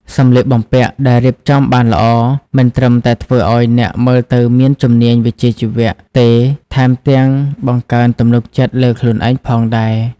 សម្លៀកបំពាក់ដែលរៀបចំបានល្អ មិនត្រឹមតែធ្វើឲ្យអ្នកមើលទៅមានជំនាញវិជ្ជាជីវៈទេថែមទាំងបង្កើនទំនុកចិត្តលើខ្លួនឯងផងដែរ។